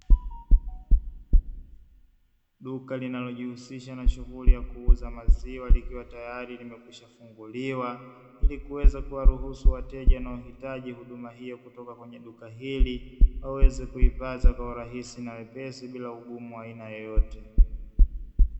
Duka linalojihusisha na shughuli ya kuuza maziwa likiwa tayari limekwisha funguliwa, ili kuweza kuwaruhusu wateja wanaohitaji huduma hiyo kutoka kwenye duka hili, waweze kuipata kwa urahisi na wepesi bila ugumu wa aina yoyote.